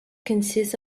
consists